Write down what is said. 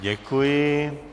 Děkuji.